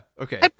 Okay